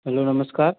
hello नमस्कार